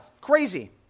crazy